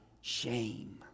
Shame